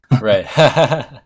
Right